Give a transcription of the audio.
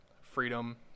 freedom